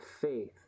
faith